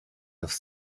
have